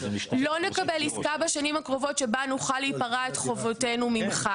לא נקבל עסקה בשנים הקרובות שבה נוכל להיפרע את חובותינו ממך,